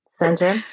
Center